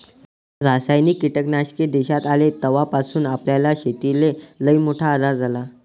रासायनिक कीटकनाशक देशात आले तवापासून आपल्या शेतीले लईमोठा आधार झाला